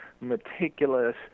meticulous